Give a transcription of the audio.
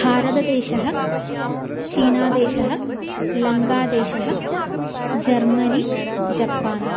भारतदेशः चीनादेशः लङ्कादेशः जर्मनी जप्पान्